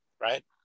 right